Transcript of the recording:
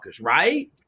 right